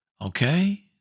Okay